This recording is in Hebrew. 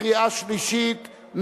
קריאה שלישית.